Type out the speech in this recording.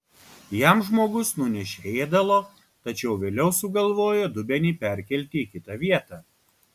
jam žmogus nunešė ėdalo tačiau vėliau sugalvojo dubenį perkelti į kitą vietą